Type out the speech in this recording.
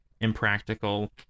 impractical